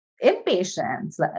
impatience